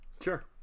Sure